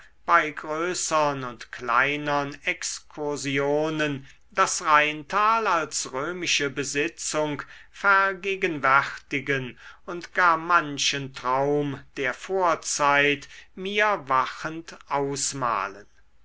bei größern und kleinern exkursionen das rheintal als römische besitzung vergegenwärtigen und gar manchen traum der vorzeit mir wachend ausmalen